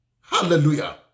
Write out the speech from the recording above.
Hallelujah